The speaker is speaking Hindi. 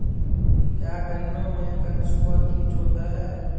क्या गन्नों में कंसुआ कीट होता है?